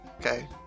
Okay